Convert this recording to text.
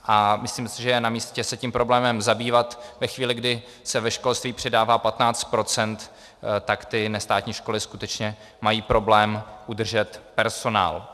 Myslím si, že je namístě se tím problémem zabývat ve chvíli, kdy se ve školství přidává 15 %, tak ty nestátní školy skutečně mají problém udržet personál.